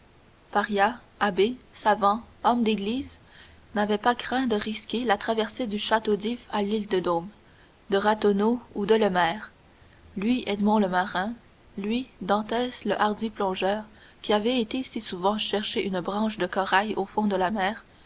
faria abbé savant homme d'église n'avait pas craint de risquer la traversée du château d'if à l'île de daume de ratonneau ou de lemaire lui edmond le marin lui dantès le hardi plongeur qui avait été si souvent chercher une branche de corail au fond de la mer